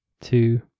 two